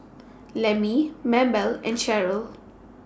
Lemmie Mabell and Sheryll